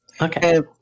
Okay